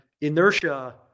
inertia